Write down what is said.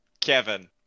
Kevin